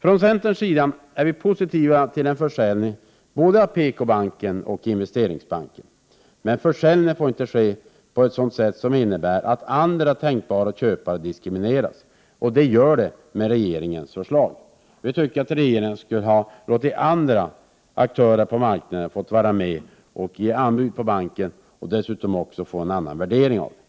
Från centerns sida är vi positiva till en försäljning av både PKbanken och Investeringsbanken, men försäljningen får inte ske på ett sätt som innebär att tänkbara köpare diskrimineras, och det är vad som sker med regeringens förslag. Vi tycker att regeringen borde ha låtit andra aktörer på marknaden vara med och ge anbud på banken och på så sätt få en annan värdering avden. — Prot.